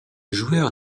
joueur